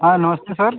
हाँ नमस्ते सर